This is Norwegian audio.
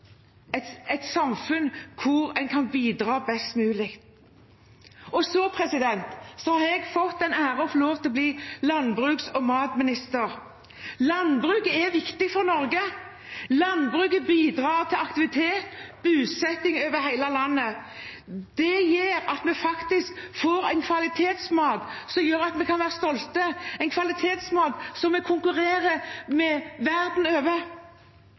et samfunn der en kan bidra best mulig. Jeg har fått den ære å få lov til å bli landbruks- og matminister. Landbruket er viktig for Norge. Landbruket bidrar til aktivitet og bosetting over hele landet. Det gjør at vi får en kvalitetsmat som gjør at vi kan være stolte, en kvalitetsmat som vi konkurrerer med verden over.